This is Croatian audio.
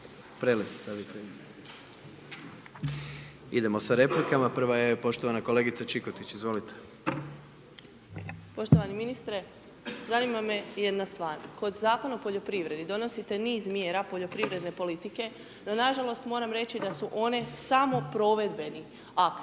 Gordan (HDZ)** Idemo sa replikama. Prva je poštovana kolegica Čikotić. Izvolite. **Čikotić, Sonja (Nezavisni)** Poštovani ministre, zanima me jedna stvar, kod Zakona o poljoprivredi donosite niz mjera poljoprivredne politike, no nažalost moram reći da su one samo provedbeni akti.